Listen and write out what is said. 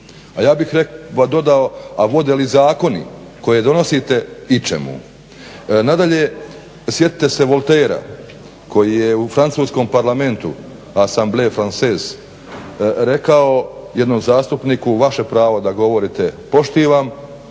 a ja bih dodao vode li zakoni koje donosite ičemu. Nadalje, sjetite se Voltairea koji je u francuskom parlamentu … rekao jednom zastupniku vaše pravo da govorite poštivam,